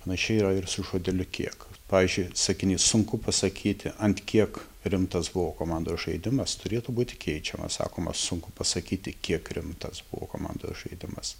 panašiai yra ir su žodeliu kiek pavyzdžiui sakinys sunku pasakyti ant kiek rimtas buvo komandos žaidimas turėtų būti keičiamas sakoma sunku pasakyti kiek rimtas buvo komandos žaidimas